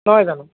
নহয় জানো